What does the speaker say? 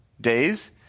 days